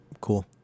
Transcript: Cool